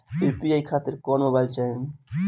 UPI खातिर कौन mobile चाहीं?